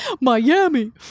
miami